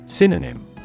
Synonym